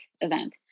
event